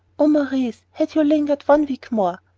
oh, maurice, had you lingered one week more,